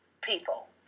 people